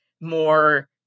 more